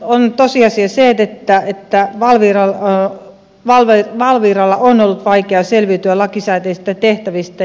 on tosiasia että valviralle on ollut vaikeaa selviytyä lakisääteisistä tehtävistä